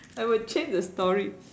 I would change the story